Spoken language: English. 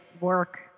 work